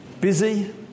busy